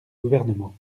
gouvernement